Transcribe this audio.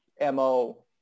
MO